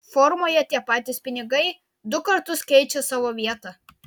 formoje tie patys pinigai du kartus keičia savo vietą